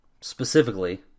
specifically